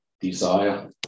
desire